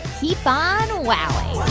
keep on wowing